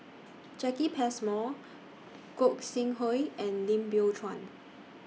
Jacki Passmore Gog Sing Hooi and Lim Biow Chuan